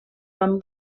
van